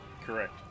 Correct